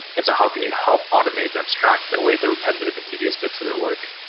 and so how can you help automate and abstract away the repetitive and tedious bits of their work?